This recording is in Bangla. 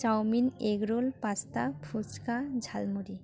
chowmein egg roll pasta fuchka jhalmuri